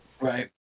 Right